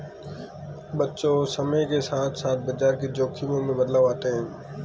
बच्चों समय के साथ साथ बाजार के जोख़िम में बदलाव आते हैं